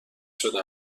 شده